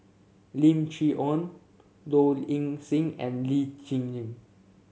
Lim Chee Onn Low Ing Sing and Lee Tjin